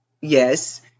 Yes